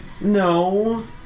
No